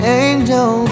angel